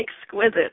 exquisite